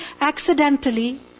accidentally